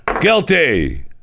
guilty